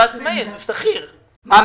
לא